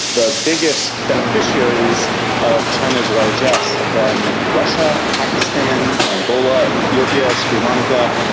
the biggest beneficiaries of china's largess has been russia, pakistan, angola, ethiopia, sri lanka,